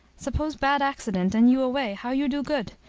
suppose bad accident, and you away, how you do good?